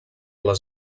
les